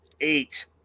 eight